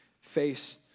face